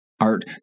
Art